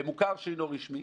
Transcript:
במוכר שאינו רשמי